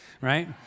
right